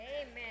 Amen